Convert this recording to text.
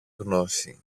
γνώση